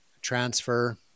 transfer